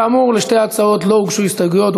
כאמור, לשתי ההצעות לא הוגשו הסתייגויות.